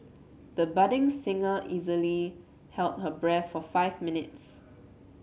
the budding singer easily held her breath for five minutes